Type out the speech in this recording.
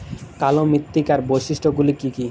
কালো মৃত্তিকার বৈশিষ্ট্য গুলি কি কি?